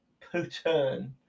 Putin